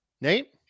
Nate